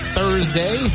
Thursday